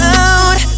out